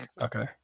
Okay